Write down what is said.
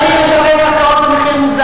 צריך לשווק קרקעות במחיר מוזל,